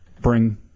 bring